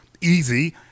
easy